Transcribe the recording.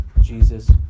Jesus